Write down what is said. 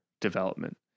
development